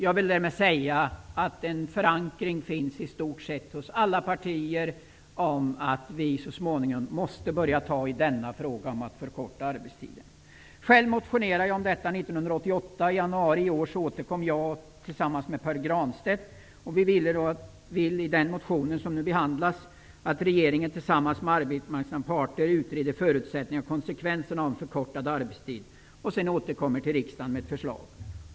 Jag vill därmed säga att det finns förankring inom i stort sett alla partier för att vi så småningom måste börja ta i frågan om att förkorta arbetstiden. Själv motionerade jag om detta 1988, och i januari i år återkom jag till frågan i en motion tillsammans med Per Granstedt. Vi vill i denna motion, som nu behandlas, att regeringen tillsammans med arbetsmarknadens parter utreder förutsättningarna för och konsekvenserna av en förkortad arbetstid och sedan återkommer till riksdagen med ett förslag.